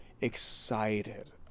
excited